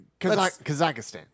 Kazakhstan